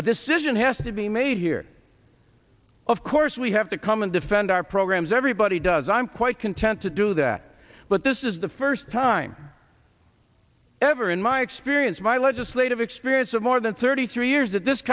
a decision has to be made here of course we have to come and defend our programs everybody does i'm quite content to do that but this is the first time ever in my experience my legislative experience of more than thirty three years that this